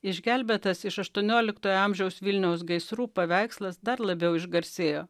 išgelbėtas iš aštuonioliktojo amžiaus vilniaus gaisrų paveikslas dar labiau išgarsėjo